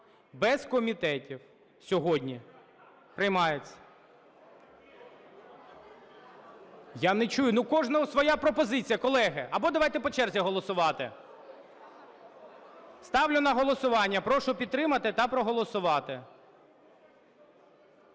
без комітетів сьогодні. Приймається. (Шум у залі) Я не чую. Ну, у кожного своя пропозиція, колеги! Або давайте по черзі голосувати. Ставлю на голосування, прошу підтримати та проголосувати.